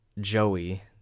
Joey